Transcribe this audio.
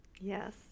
Yes